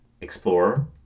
explorer